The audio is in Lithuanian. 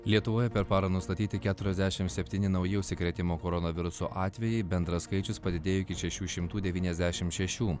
lietuvoje per parą nustatyti keturiasdešim septyni nauji užsikrėtimo koronavirusu atvejai bendras skaičius padidėjo iki šešių šimtų devyniasdešim šešių